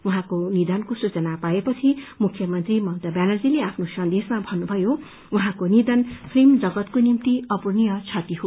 उहाँको निधनको सूचना पाएपछि मुख्यमन्त्री ममता ब्यानर्जीले आफ्नो संदेशमा भन्नुथयो उहाँको निधन फिल्म जगतको निम्ति अपूर्णीय क्षति हो